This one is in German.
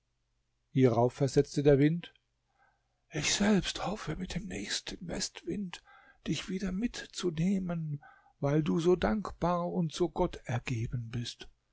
hierauf versetzte der wind ich selbst hoffe mit dem nächsten westwind dich wieder mitzunehmen weil du so dankbar und so gottergeben bist